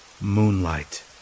Moonlight